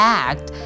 act